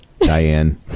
Diane